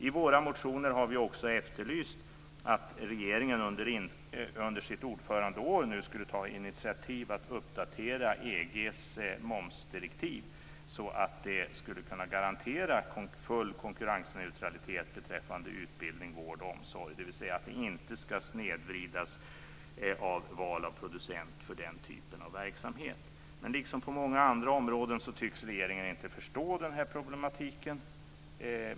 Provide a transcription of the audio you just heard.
I våra motioner har vi också efterlyst att regeringen under sitt ordförandeskap skulle ta initiativ till att uppdatera EG:s momsdirektiv, så att det kan garantera full konkurrensneutralitet beträffande utbildning, vård och omsorg, dvs. att valet av producent för den typen av verksamhet inte ska snedvridas. Liksom på många andra områden tycks regeringen inte förstå den här problematiken.